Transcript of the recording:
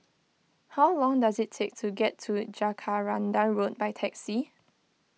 how long does it take to get to Jacaranda Road by taxi